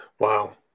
Wow